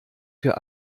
für